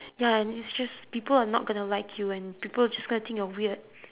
ya and it's just people are not going to like you and people are just gonna think you're weird